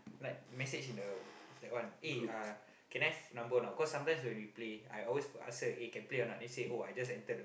like message in the that one eh uh can I have number or not cause sometimes when we play I always ask her eh can play or not then she say oh I just entered